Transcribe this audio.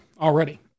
already